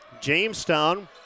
Jamestown